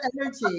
energy